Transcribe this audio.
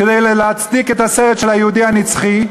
כדי להצדיק את הסרט של "היהודי הנצחי".